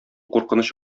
куркыныч